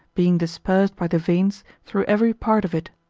being dispersed by the veins through every part of it.